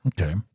Okay